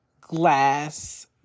glass